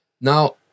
Now